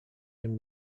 him